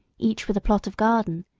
each with a plot of garden,